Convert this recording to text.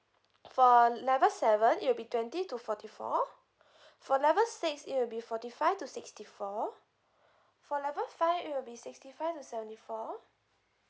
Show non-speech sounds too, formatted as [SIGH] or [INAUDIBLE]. for level seven it'll be twenty to forty four [BREATH] for level six it'll be forty five to sixty four for level five it'll be sixty five to seventy four